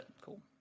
cool